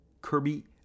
Kirby